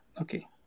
okay